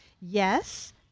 Yes